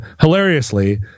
hilariously